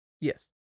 Yes